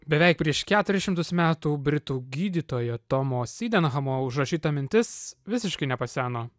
beveik prieš keturis šimtus metų britų gydytojo tomo sydenhamo užrašyta mintis visiškai nepaseno